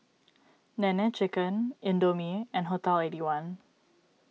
Nene Chicken Indomie and Hotel Eighty One